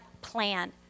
plan